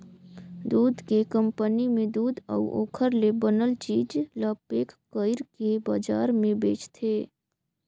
दूद के कंपनी में दूद अउ ओखर ले बनल चीज ल पेक कइरके बजार में बेचथे